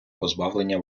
позбавлення